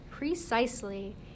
Precisely